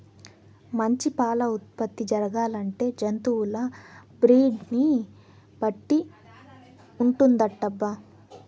మంచి పాల ఉత్పత్తి జరగాలంటే జంతువుల బ్రీడ్ ని బట్టి ఉంటుందటబ్బా